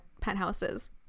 penthouses